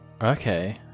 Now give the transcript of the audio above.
Okay